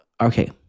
okay